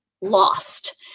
lost